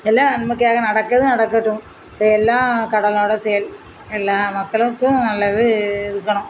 எல்லாம் நன்மைக்காக நடக்கிறது நடக்கட்டும் சரி எல்லாம் கடவுளோட செயல் எல்லா மக்களுக்கும் நல்லது இருக்கணும்